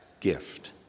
gift